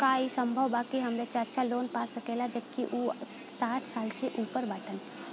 का ई संभव बा कि हमार चाचा लोन पा सकेला जबकि उ साठ साल से ऊपर बाटन?